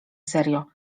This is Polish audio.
serio